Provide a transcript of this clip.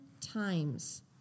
times